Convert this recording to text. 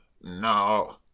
No